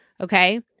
okay